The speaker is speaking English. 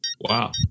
Wow